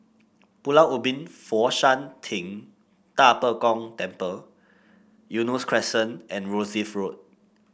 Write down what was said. Pulau Ubin Fo Shan Ting Da Bo Gong Temple Eunos Crescent and Rosyth Road